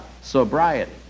sobriety